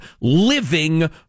living